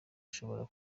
ishobora